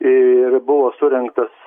ir buvo surengtas